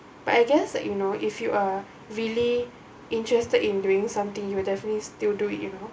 but I guess like you know if you are really interested in doing something you will definitely still do it you know